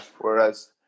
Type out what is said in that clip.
Whereas